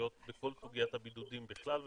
וגמישויות בכל סוגיית הבידודים בכלל,